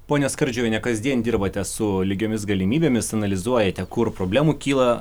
ponia skardžiuvienė kasdien dirbate su lygiomis galimybėmis analizuojate kur problemų kyla